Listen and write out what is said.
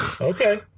Okay